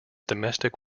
domestic